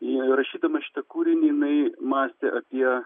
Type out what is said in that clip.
ir rašydama šitą kūriniai jinai mąstė apie